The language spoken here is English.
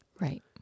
Right